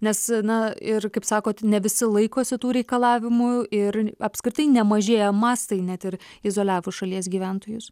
nes na ir kaip sakot ne visi laikosi tų reikalavimų ir apskritai nemažėja mastai net ir izoliavus šalies gyventojus